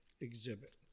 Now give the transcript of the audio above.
exhibit